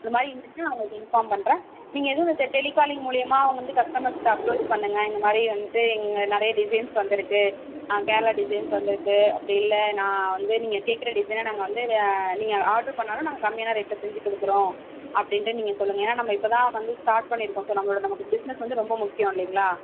இந்த மாதிரி இருந்துச்சுனா நான் உங்களுக்கு இன்ஃபார்ம் பண்ணுற நீங்கள் எதுவும் இந்த டெ டெலிகாலிங் மூலயமா வந்து கஸ்டமர்கிட்ட அப்ரோச் பண்ணுங்கள் இந்த மாதிரி வந்துட்டு இங்கே நிறைய டிசைன்ஸ் வந்து இருக்கு கேரளா டிசைன்ஸ் வந்துருக்கு அப்படி இல்லை நான் வந்து நீங்கள் கேட்குற டிசைனன வந்து நீங்கள் ஆட்ரு பண்ணாலும் நாங்கள் கம்மியான ரேட்டில் செஞ்சு கொடுக்குறோம் அப்படின்ட்டு நீங்கள் சொல்லுங்கள் ஏன்னா நம்ம இப்போ தான் வந்து ஸ்டார்ட் பண்ணியிருக்கோம் ஸோ நம்மளோட நமக்கு பிஸ்னஸ் வந்து ரொம்ப முக்கியம் இல்லைங்களா